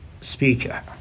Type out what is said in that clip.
speaker